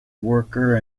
worker